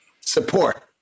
support